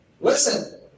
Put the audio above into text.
Listen